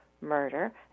murder